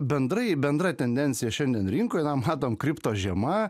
bendrai bendra tendencija šiandien rinkoj na matom kriptožiema